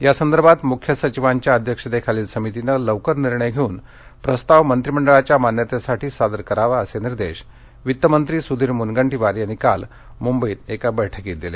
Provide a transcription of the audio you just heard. या संदर्भात मुख्य सधिवांच्या अध्यक्षतेखालील समितीनं लवकर निर्णय घेऊन प्रस्ताव मंत्रिमंडळाच्या मान्यतेसाठी सादर करावा असे निर्देश अर्थमंत्री सुधीर मुनगंटीवार यांनी काल सह्याद्री अतिथीगृहात झालेल्या बैठकीत दिले